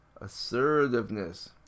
Assertiveness